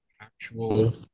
actual